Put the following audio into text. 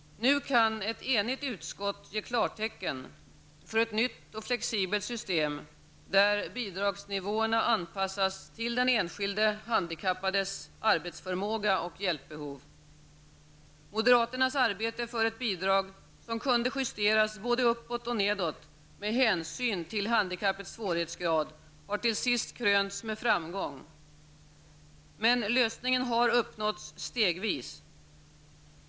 Nu kan ett enigt utskott ge klartecken för ett nytt och flexibelt system, där bidragsnivåerna anpassas till den enskilde handikappades arbetsförmåga och hjälpbehov. Moderaternas arbete för ett bidrag, som kunde justeras både uppåt och nedåt med hänsyn till handikappets svårighetsgrad, har till sist krönts med framgång. Men lösningen har uppnåtts stegvis.